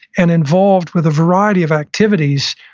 and involved with a variety of activities,